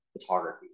photography